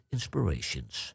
Inspirations